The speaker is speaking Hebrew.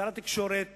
שר התקשורת